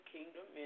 Kingdom